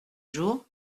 jour